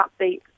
upbeat